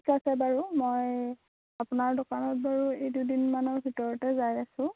ঠিক আছে বাৰু মই আপোনাৰ দোকানত বাৰু এই দুইদিনমানৰ ভিতৰতে যাই আছোঁ